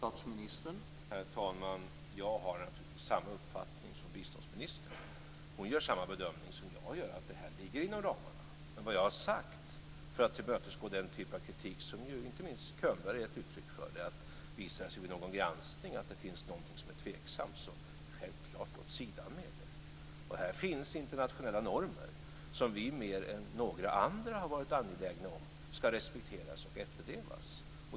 Herr talman! Jag har naturligtvis samma uppfattning som biståndsministern. Hon gör samma bedömning som jag gör, att det här ligger inom ramarna. Vad jag har sagt, för att tillmötesgå den typ av kritik som inte minst Bo Könberg ger uttryck för, är att visar det sig vid någon granskning att det finns någonting som är tveksamt, så självklart åt sidan med det. Här finns internationella normer som vi mer än några andra har varit angelägna om ska respekteras och efterlevas.